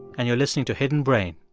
and you're listening to hidden brain.